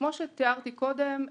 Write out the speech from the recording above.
כמו שתיארתי קודם,